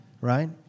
right